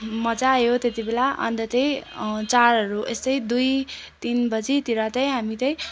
मजा आयो त्यति बेला अन्त त्यही चाडहरू यस्तै दुई तिन बजीतिर चाहिँ हामी चाहिँ